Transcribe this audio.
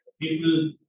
people